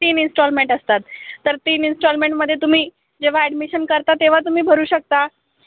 तीन इन्स्टॉलमेंट असतात तर तीन इन्स्टॉलमेंटमध्ये तुम्ही जेव्हा ॲडमिशन करता तेव्हा तुम्ही भरू शकता